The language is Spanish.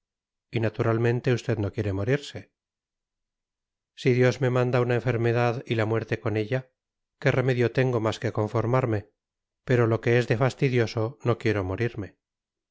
y naturalmente usted no quiere morirse si dios me manda una enfermedad y la muerte con ella qué remedio tengo más que conformarme pero lo que es de fastidio no quiero morirme